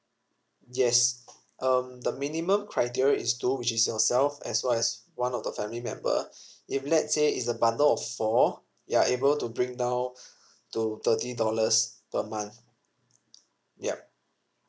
yes um the minimum criteria is two which is yourself as well as one of the family member if let's say is a bundle of four you're able to bring down to thirty dollars per month yup